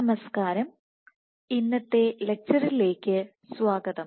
നമസ്കാരം ഇന്നത്തെ ലക്ച്ചറിലേക്ക് സ്വാഗതം